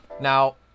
Now